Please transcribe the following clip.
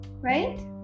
right